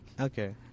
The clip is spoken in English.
okay